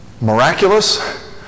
miraculous